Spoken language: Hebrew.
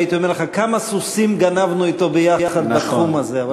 הייתי אומר לך כמה סוסים גנבנו ביחד אתו בתחום הזה.